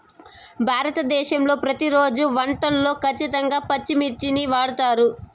భారతదేశంలో ప్రతిరోజు వంటల్లో ఖచ్చితంగా పచ్చిమిర్చిని వాడుతారు